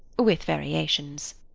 with variations.